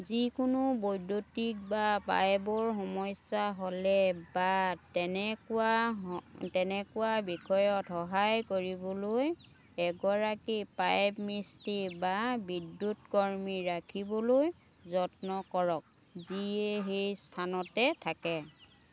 যিকোনো বৈদ্যুতিক বা পাইপৰ সমস্যা হ'লে বা তেনেকুৱা হ' তেনেকুৱা বিষয়ত সহায় কৰিবলৈ এগৰাকী পাইপ মিস্ত্ৰী বা বিদ্যুৎকৰ্মী ৰাখিবলৈ যত্ন কৰক যিয়ে সেই স্থানতে থাকে